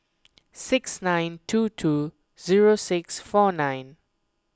six nine two two zero six four nine